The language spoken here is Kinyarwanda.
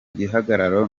gihagararo